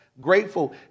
grateful